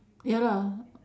ya lah